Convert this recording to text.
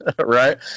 right